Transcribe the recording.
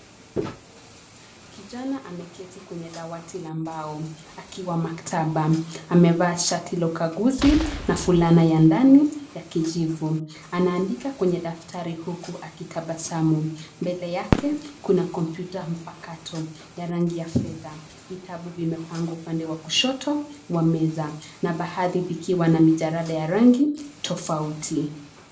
Kijana ameketi kwenye dawati la mbao akiwa maktaba. Amevaa shati la ukaguzi na fulana ya ndani ya kijivu. Anaandika kwenye daftari huku akitabasamu. Mbele yake, kuna kompyuta mpakato ya rangi ya fedha. Vitabu vimepangwa upande wa kushoto wa meza na baadhi vikiwa na mijarada ya rangi tofauti.